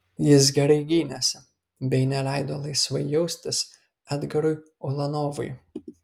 jis gerai gynėsi bei neleido laisvai jaustis edgarui ulanovui